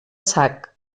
sac